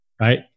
Right